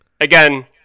Again